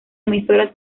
emisora